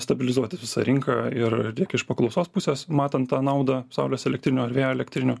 stabilizuotis visą rinka ir tiek iš paklausos pusės matant tą naudą saulės elektrinių ar vėjo elektrinių